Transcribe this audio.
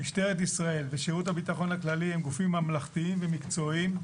משטרת ישראל ושירות הביטחון הכללי הם גופים ממלכתיים ומקצועיים,